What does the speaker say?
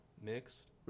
mixed